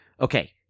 okay